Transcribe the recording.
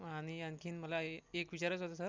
आणि आणखीन मला ए एक विचारायचं होतं सर